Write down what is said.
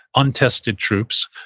untested troops,